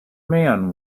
man